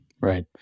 right